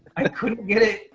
i couldn't get it,